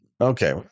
Okay